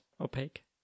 opaque